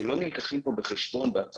בוקר טוב.